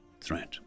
threat